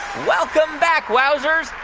welcome back, wowzers.